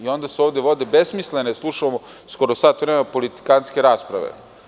Onda se ovde vode besmislene, slušamo skoro sat vremena, politikantske rasprave.